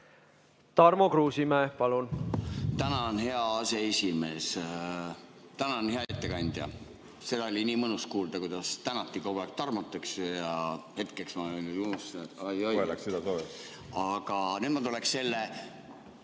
Tarmo Kruusimäe, palun!